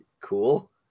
Cool